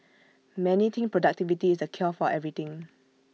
many think productivity is the cure for everything